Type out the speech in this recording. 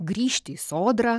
grįžti į sodrą